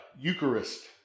Eucharist